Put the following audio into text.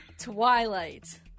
Twilight